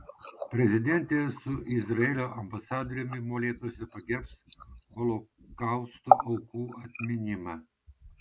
prezidentė su izraelio ambasadoriumi molėtuose pagerbs holokausto aukų atminimą